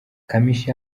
kamichi